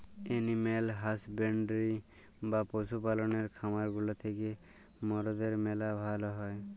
animal husbandry বা পশু পাললের খামার গুলা থ্যাকে মরদের ম্যালা ভাল হ্যয়